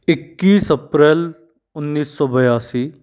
इक्कीस अप्रैल उन्नीस सौ बयासी